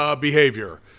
behavior